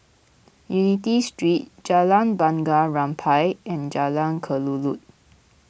Unity Street Jalan Bunga Rampai and Jalan Kelulut